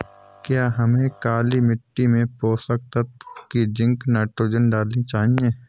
क्या हमें काली मिट्टी में पोषक तत्व की जिंक नाइट्रोजन डालनी चाहिए?